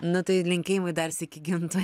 na tai linkėjimai dar sykį gintui